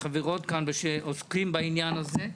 החברות כאן שעוסקים בעניין הזה,